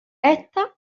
estas